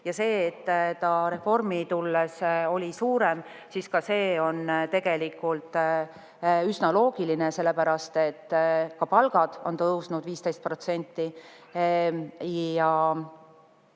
Ja see, et ta reformi tulles oli suurem, on ka tegelikult üsna loogiline, sellepärast et ka palgad on tõusnud 15%.